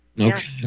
Okay